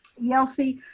yelsey,